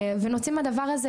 ונוציא מהדבר הדבר,